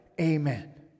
Amen